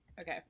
Okay